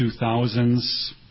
2000s